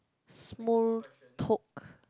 small talk